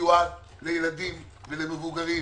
מיועד לילדים ולמבוגרים.